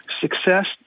success